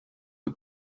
the